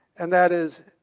and that is,